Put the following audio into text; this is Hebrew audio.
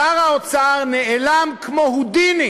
שר האוצר נעלם כמו הודיני